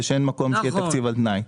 ושאין מקום שיהיה תקציב על תנאי.